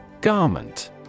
Garment